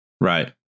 Right